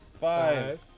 Five